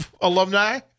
alumni